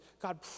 God